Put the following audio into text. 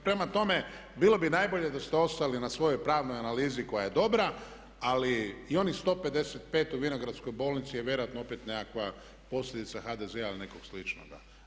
Prema tome bilo bi najbolje da ste ostali na svojoj pravnoj analizi koja je dobra, ali i onih 155 u Vinogradskoj bolnici je vjerojatno opet nekakva posljedica HDZ-a ili nekog sličnoga.